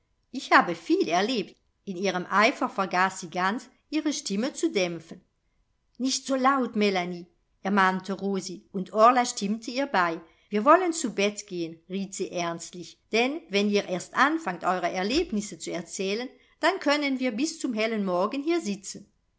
ich habe viel erlebt in ihrem eifer vergaß sie ganz ihre stimme zu dämpfen nicht so laut melanie ermahnte rosi und orla stimmte ihr bei wir wollen zu bett gehen riet sie ernstlich denn wenn ihr erst anfangt eure erlebnisse zu erzählen dann können wir bis zum hellen morgen hier sitzen